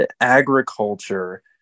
agriculture